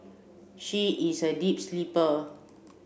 she is a deep sleeper